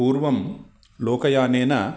पूर्वं लोकयानेन